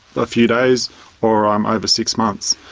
a few days or um over six months.